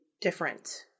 different